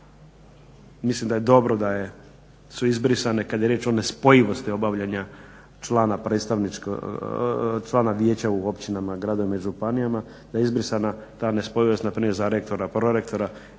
mislim da je dobro da su izbrisane kad je riječ o nespojivosti obavljanja člana vijeća u općinama, gradovima i županijama da je izbrisana ta nespojivost npr. za rektora, prorektora,